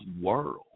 world